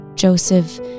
Joseph